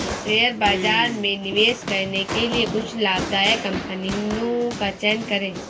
share बाजार में निवेश करने के लिए कुछ लाभदायक कंपनियों का चयन करें